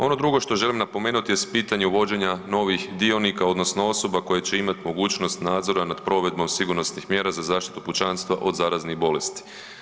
Ono drugo što želim napomenuti jest pitanje uvođenja novih dionika odnosno osoba koje će imati mogućnost nadzora nad provedbom sigurnosnih mjera za zaštitu pučanstva od zaraznih bolesti.